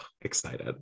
excited